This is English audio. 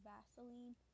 Vaseline